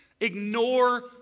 ignore